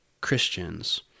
Christians